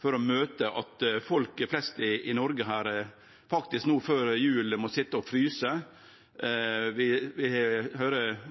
for å møte at folk flest i Noreg no før jul faktisk må sitje å fryse. Når vi høyrer historier om at eldre ikkje har på straumen i leilegheitene – og